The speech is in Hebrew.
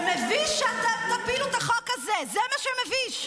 זה מביש שאתם תפילו את החוק הזה, זה מה שמביש.